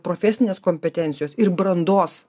profesinės kompetencijos ir brandos